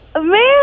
Man